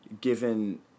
given